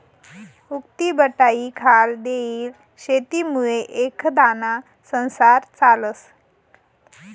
उक्तीबटाईखाल देयेल शेतीमुये एखांदाना संसार चालस